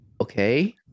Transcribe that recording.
okay